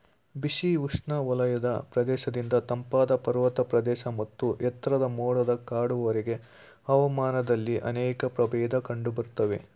ಬಿಸಿ ಉಷ್ಣವಲಯದ ಪ್ರದೇಶದಿಂದ ತಂಪಾದ ಪರ್ವತ ಪ್ರದೇಶ ಮತ್ತು ಎತ್ತರದ ಮೋಡದ ಕಾಡುವರೆಗೆ ಹವಾಮಾನದಲ್ಲಿ ಅನೇಕ ಪ್ರಭೇದ ಕಂಡುಬರ್ತವೆ